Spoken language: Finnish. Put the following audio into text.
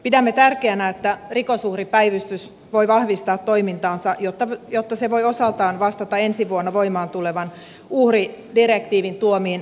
pidämme tärkeänä että rikosuhripäivystys voi vahvistaa toimintaansa jotta se voi osaltaan vastata ensi vuonna voimaan tulevan uhridirektiivin tuomiin velvoitteisiin